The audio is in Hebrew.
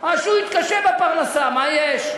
אז שהוא יתקשה בפרנסה, מה יש?